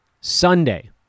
Sunday